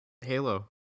Halo